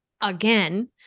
again